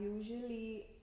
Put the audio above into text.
usually